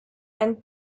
and